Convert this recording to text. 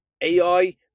AI